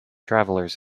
travelers